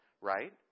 right